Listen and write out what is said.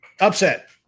Upset